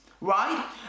right